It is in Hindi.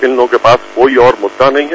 इन लोगों के पास कोई और मुद्दा नहीं है